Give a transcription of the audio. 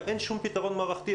אין שום פתרון מערכתי,